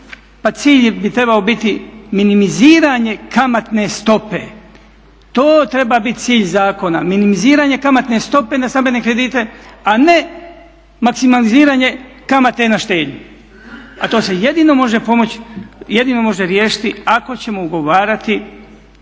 cilj bi trebao biti minimiziranje kamatne stope, to treba biti cilj zakona minimiziranje kamatne stope na stambene kredite a ne maksimaliziranje kamate na štednju a to se jedino može pomoći, jedino može riješiti ako ćemo ugovarati